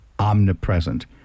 Omnipresent